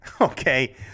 okay